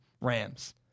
Rams